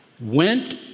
went